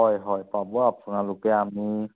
হয় হয় পাব আপোনালোকে আমি